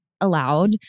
allowed